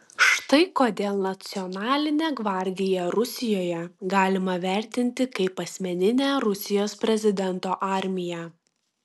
štai kodėl nacionalinę gvardiją rusijoje galima vertinti kaip asmeninę rusijos prezidento armiją